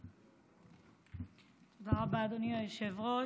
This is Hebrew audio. תודה רבה, אדוני היושב-ראש.